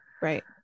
right